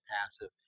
passive